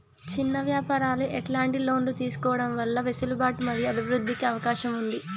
చిన్న వ్యాపారాలు ఎట్లాంటి లోన్లు తీసుకోవడం వల్ల వెసులుబాటు మరియు అభివృద్ధి కి అవకాశం ఉంది?